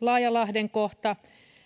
laajalahden kohta